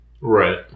Right